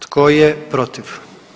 Tko je protiv?